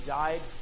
died